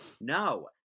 No